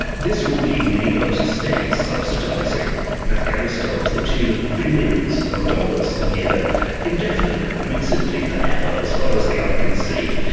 this will mean the united states subsidising afghanistan to the tune of billions of dollars a year indefinitely. i mean, simply forever, as far as the eye can see.